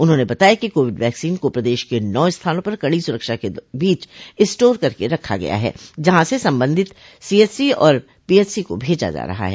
उन्होंने बताया कि कोविड वैक्सीन को प्रदेश के नौ स्थानों पर कड़ी सुरक्षा के बीच स्टोर करके रखा गया है जहां से संबंधित सीएचसी और पीएचसी को भेजा जा रहा है